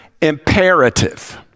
imperative